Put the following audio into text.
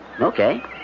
okay